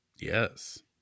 Yes